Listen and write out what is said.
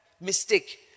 mistake